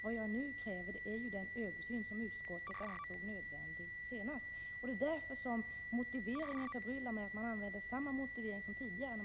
Vad jag nu kräver är just den översyn som utskottet senast ansåg nödvändig. Därför förbryllar det mig att utskottet avstyrker förslaget med samma motivering som tidigare.